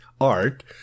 art